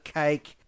cake